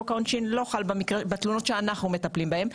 חוק העונשין לא חל בתלונות שאנחנו מטפלים בהם,